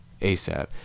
ASAP